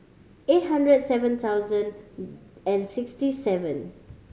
eight hundred seven thousand and sixty seven